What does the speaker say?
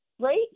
right